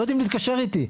לא יודעים לתקשר איתי.